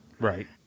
Right